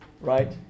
Right